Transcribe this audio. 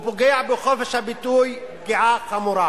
הוא פוגע בחופש הביטוי פגיעה חמורה.